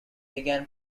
began